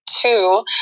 two